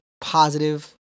positive